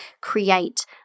create